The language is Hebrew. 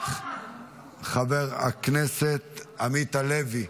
חבר הכנסת עמית הלוי,